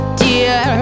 dear